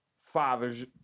fathers